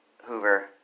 Hoover